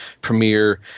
premiere